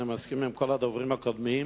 אני מסכים עם כל הדוברים הקודמים,